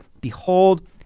Behold